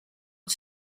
het